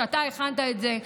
שאתה הכנת את זה,